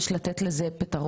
בהקדם האפשרי.